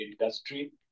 industry